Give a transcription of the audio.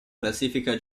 classifica